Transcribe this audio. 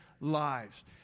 lives